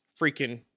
Freaking